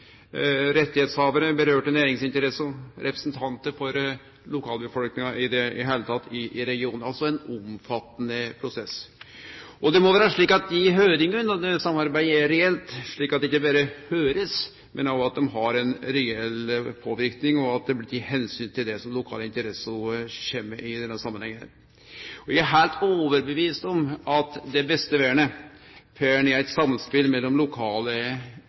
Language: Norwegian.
representantar for lokalbefolkninga, i det heile i regionen – altså ein omfattande prosess. Det må vere slik at høringane og samarbeidet er reelt, slik at dei ikkje berre blir hørde, men at dei har ein reell påverknad, og at det blir teke omsyn til det som lokale interesser kjem med i denne samanhengen. Eg er heilt overtydd om at det beste vernet får ein i eit samspel mellom lokale